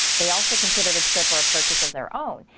they also considered a trip or purchase of their own.